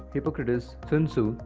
hippocrates, sun-tzu,